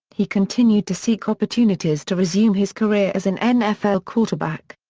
he continued to seek opportunities to resume his career as an nfl quarterback.